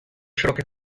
широкой